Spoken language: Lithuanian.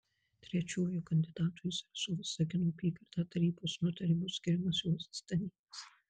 trečiuoju kandidatu į zarasų visagino apygardą tarybos nutarimu skiriamas juozas stanėnas